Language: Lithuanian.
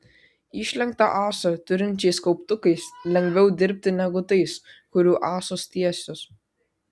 išlenktą ąsą turinčiais kauptukais lengviau dirbti negu tais kurių ąsos tiesios